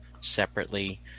separately